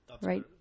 Right